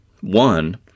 One